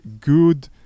good